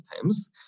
times